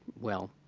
well,